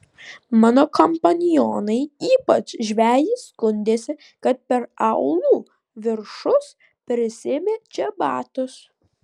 mano kompanionai ypač žvejys skundėsi kad per aulų viršus prisėmė čebatus